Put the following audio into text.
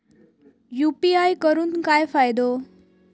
UPI करून काय फायदो?